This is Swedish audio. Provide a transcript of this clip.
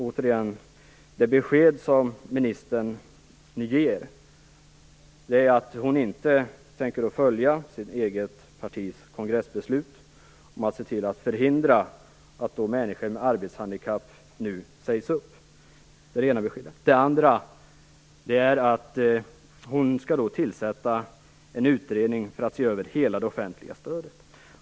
Det ena beskedet som ministern ger är att hon inte tänker följa sitt eget partis kongressbeslut och se till att förhindra att människor med arbetshandikapp nu sägs upp. Det andra beskedet är att hon skall tillsätta en utredning för att se över hela det offentliga stödet.